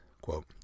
quote